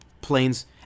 planes